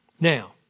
Now